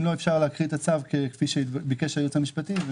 אם לא אז אפשר להקריא את הצו כפי שביקש היועץ המשפטי.